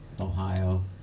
ohio